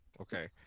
Okay